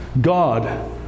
God